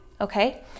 okay